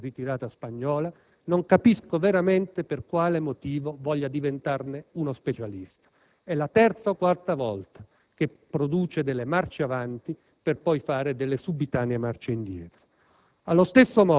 «fuga francese, ritirata spagnola», non capisco veramente per quale motivo voglia diventarne uno specialista: è la terza o quarta volta che produce delle marce avanti per poi fare delle subitanee marce indietro.